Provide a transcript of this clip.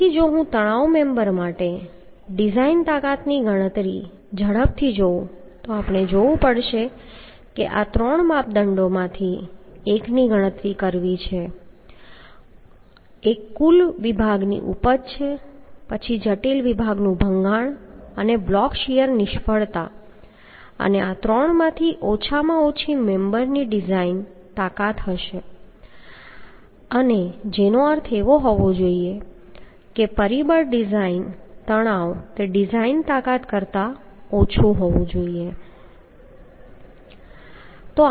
તેથી જો હું તણાવ મેમ્બર માટે ડિઝાઈન તાકાતની ગણતરી ઝડપથી જોઉં તો આપણે જોવું પડશે કે આ ત્રણ માપદંડોમાંથી એકની ગણતરી કરવી છે એક કુલ વિભાગની ઉપજ છે પછી જટિલ વિભાગનું ભંગાણ અને બ્લોક શીયર નિષ્ફળતા અને આ ત્રણમાંથી ઓછામાં ઓછી મેમ્બરની ડિઝાઇન તાકાત હશે અને જેનો અર્થ એવો હોવો જોઈએ કે પરિબળ ડિઝાઇન તણાવ તે ડિઝાઇન તાકાત કરતાં ઓછું હોવું જોઈએ